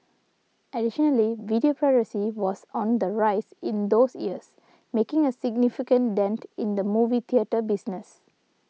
additionally video piracy was on the rise in those years making a significant dent in the movie theatre business